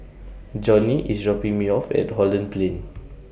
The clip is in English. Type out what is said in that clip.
Johny IS dropping Me off At Holland Plain